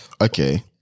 Okay